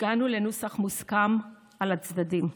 הגענו לנוסח מוסכם על הצדדים.